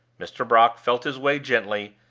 mr. brock felt his way gently,